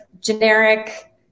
generic